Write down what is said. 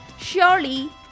surely